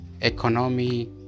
economy